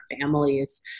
families